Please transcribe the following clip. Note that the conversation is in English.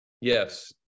Yes